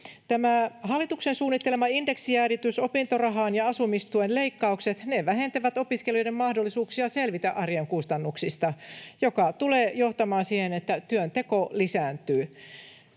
Hallituksen suunnittelema indeksijäädytys opintorahaan ja asumistuen leikkaukset vähentävät opiskelijoiden mahdollisuuksia selvitä arjen kustannuksista, mikä tulee johtamaan siihen, että työnteko lisääntyy.